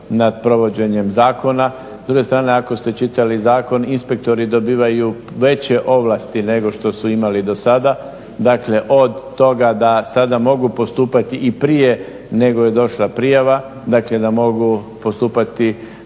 nad provođenjem zakona. S druge strane, ako ste čitali zakon inspektori dobivaju veće ovlasti nego što su imali do sada. Dakle od toga da sada mogu postupati i prije nego je došla prijava. Dakle da mogu postupati